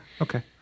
okay